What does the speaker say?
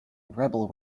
rebel